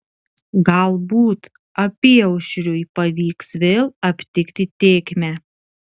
galbūt apyaušriui pavyks vėl aptikti tėkmę